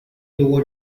tuvo